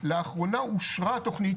לאחרונה אושרה התכנית,